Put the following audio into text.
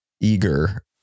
eager